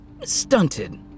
stunted